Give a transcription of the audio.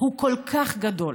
הוא כל כך גדול,